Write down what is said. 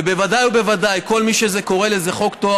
ובוודאי ובוודאי כל מי שקורא לזה חוק טוהר